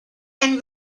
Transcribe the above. and